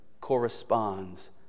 corresponds